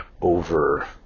over